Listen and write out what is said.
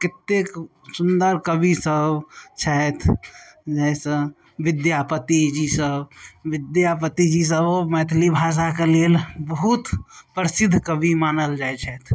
कतेक सुन्दर कवि सब छथि जैसँ विद्यापति जी सब विद्यापति जी सब मैथिली भाषाके लेल बहुत प्रसिद्ध कवि मानल जाइ छथि